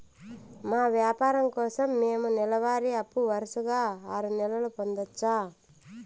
మా వ్యాపారం కోసం మేము నెల వారి అప్పు వరుసగా ఆరు నెలలు పొందొచ్చా?